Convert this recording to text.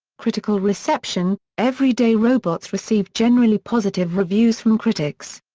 critical reception everyday robots received generally positive reviews from critics.